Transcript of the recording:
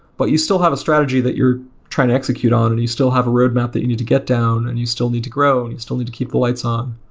but you still have a strategy that you're trying to execute on, and you still have a roadmap that you need to get down and you still need to grow and you still need to keep the lights on.